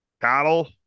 cattle